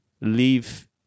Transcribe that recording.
leave